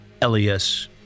Elias